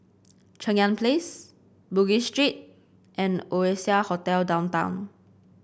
Cheng Yan Place Bugis Street and Oasia Hotel Downtown